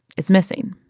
it's missing